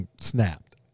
snapped